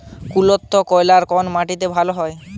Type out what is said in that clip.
কুলত্থ কলাই কোন মাটিতে ভালো হয়?